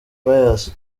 pius